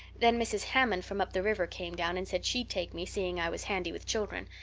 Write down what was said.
then mrs. hammond from up the river came down and said she'd take me, seeing i was handy with children,